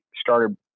started